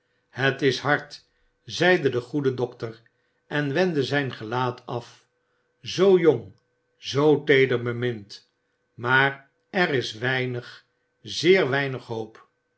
het is hard zeide de goede dokter en wendde zijn gelaat af zoo jong zoo teeder bemind maar er is weinig zeer weinig hoop